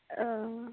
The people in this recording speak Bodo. ओं